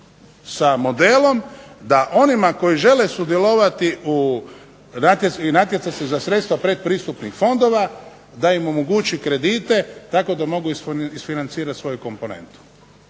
sa modelom da onima koji žele sudjelovati i natjecati se za sredstva pretpristupnih fondova da im omogući kredite tako da mogu isfinancirati svoju komponentu.